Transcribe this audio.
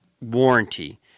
Warranty